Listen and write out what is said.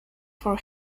for